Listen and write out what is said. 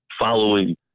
following